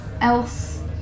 else